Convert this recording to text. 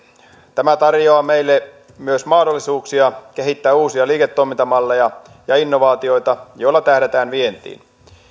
tämä tarjoaa meille myös mahdollisuuksia kehittää uusia liiketoimintamalleja ja innovaatioita joilla tähdätään vientiin